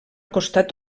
costat